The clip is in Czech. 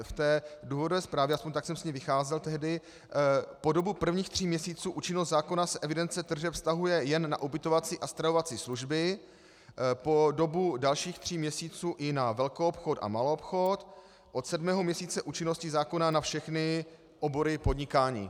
V důvodové zprávě, aspoň tak jsem z ní vycházel tehdy, po dobu prvních tří měsíců se účinnost zákona evidence tržeb vztahuje jen na ubytovací a stravovací služby, po dobu dalších tří měsíců i na velkoobchod a maloobchod, od sedmého měsíce účinností zákona na všechny obory podnikání.